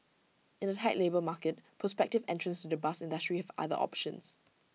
in A tight labour market prospective entrants to the bus industry have other options